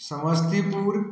Samastipur